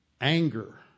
anger